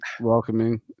welcoming